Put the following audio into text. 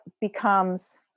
becomes